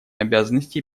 обязанностей